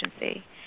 agency